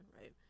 right